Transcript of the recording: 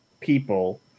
people